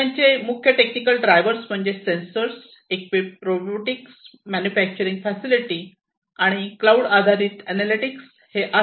त्यांचे मुख्य technical drivers म्हणजे sensors equip robotics manufacturing facility आणि क्लाऊड आधारित एनालिटिक्स हे आहेत